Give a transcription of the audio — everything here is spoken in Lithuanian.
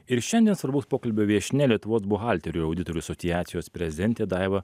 ir šiandien svarbaus pokalbio viešnia lietuvos buhalterių auditorių asociacijos prezidentė daiva